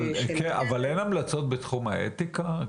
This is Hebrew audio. אין המלצות בתחום האתיקה?